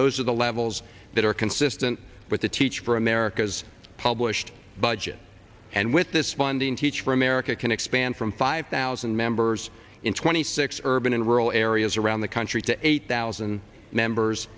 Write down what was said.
those are the levels that are consistent with the teach for america's published budget and with this funding teach for america can expand from five thousand members in twenty six urban and rural areas around the country to eight thousand members